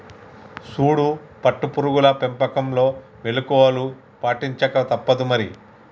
సూడు పట్టు పురుగుల పెంపకంలో మెళుకువలు పాటించక తప్పుదు మరి